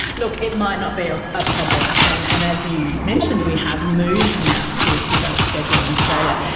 look, it might not be a ah a problem, and and as you mentioned, we have moved now to a two-dose schedule in australia.